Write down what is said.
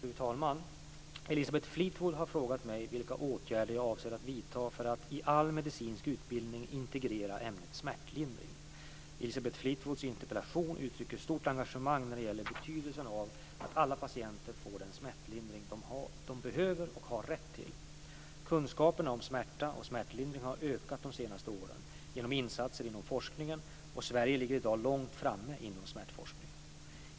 Fru talman! Elisabeth Fleetwood har frågat mig vilka åtgärder jag avser vidta för att i all medicinsk utbildning integrera ämnet smärtlindring. Elisabeth Fleetwoods interpellation uttrycker stort engagemang när det gäller betydelsen av att alla patienter får den smärtlindring de behöver och har rätt till. Kunskaperna om smärta och smärtlindring har ökat de senaste åren genom insatser inom forskningen, och Sverige ligger i dag långt framme inom smärtforskningen.